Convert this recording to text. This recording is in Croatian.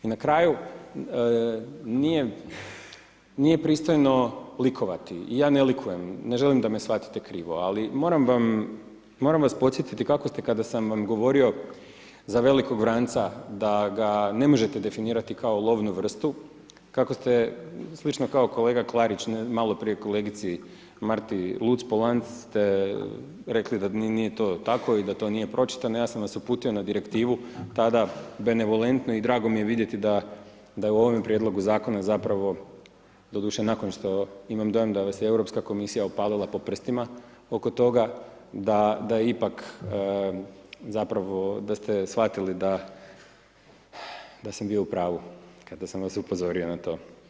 I na kraju nije pristojno likovati i ja ne likujem, ne želim da me shvatite krivo, ali moram vam, moram vas podsjetiti kako ste kada sam vam govorio za velikog vranca da ga ne možete definirati kao lovnu vrstu, kako ste slično kao kolega Klarić maloprije kolegici Marti Luc-Polanc ste rekli da nije to tako i da nije to pročitano, ja sam vas uputio na direktivu tada benevolentno i drago mi je vidjeti da je u ovom prijedlogu zakona zapravo doduše nakon što imam dojam da vas je Europska komisija opalila po prstima oko toga, da ipak zapravo da ste shvatili da sam bio u pravu kada sam vas upozorio na to.